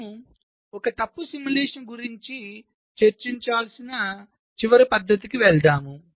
మనం ఒక తప్పు సిమ్యులేషన్ గురించి చర్చించాల్సిన చివరి పద్ధతికి వెళ్దాం